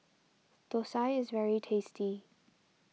Thosai is very tasty